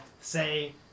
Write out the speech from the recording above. say